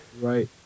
Right